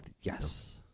yes